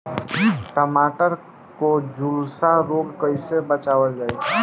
टमाटर को जुलसा रोग से कैसे बचाइल जाइ?